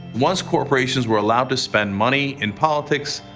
once corporations were allowed to spend money in politics,